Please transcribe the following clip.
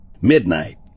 midnight